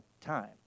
time